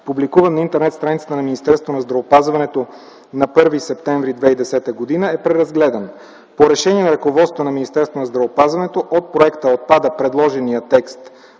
публикувана на интернет страницата на Министерството на здравеопазването на 1 септември 2010 г., е преразгледана. По решение на ръководството на Министерството на здравеопазването от проекта отпада предложения текст